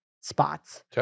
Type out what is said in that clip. spots